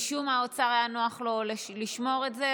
משום מה לאוצר היה נוח לשמור את זה,